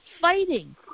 fighting